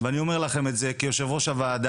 ואני אומר לכם את זה כיושב ראש הוועדה,